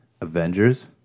Avengers